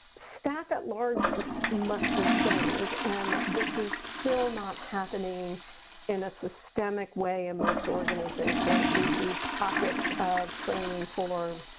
staff at large must be trained. and this is still not happening in a systemic way in most organization. we see pockets of training for